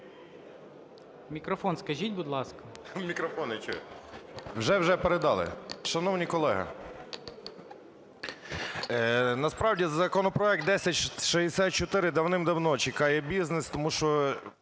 мікрофон скажіть, будь ласка. 17:10:28 ВАСИЛІВ І.В. Вже-вже передали. Шановні колеги, насправді законопроект 1064 давним-давно чекає бізнес, тому що…